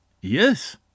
Yes